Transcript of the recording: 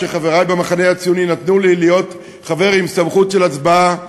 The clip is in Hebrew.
שחברי במחנה הציוני נתנו לי להיות חבר עם סמכות של הצבעה,